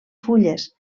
fulles